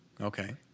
Okay